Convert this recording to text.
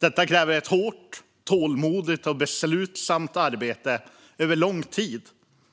Detta kräver ett hårt, tålmodigt och beslutsamt arbete över lång tid